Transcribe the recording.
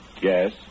Yes